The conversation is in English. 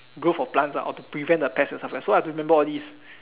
growth of plants or to prevent the pest or something so I have to remember all these